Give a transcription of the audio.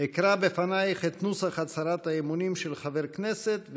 אקרא בפנייך את נוסח הצהרת האמונים של חבר כנסת,